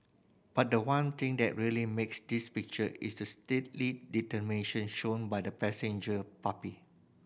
but the one thing that really makes this picture is the steely determination shown by the passenger puppy